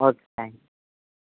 okay thank you